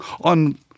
on